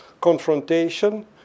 confrontation